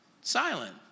silent